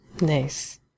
Nice